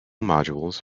modules